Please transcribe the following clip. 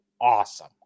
awesome